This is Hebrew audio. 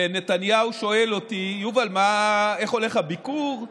ונתניהו שואל אותי: יובל, איך הולך הביקור?